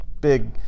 big